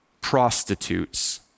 prostitutes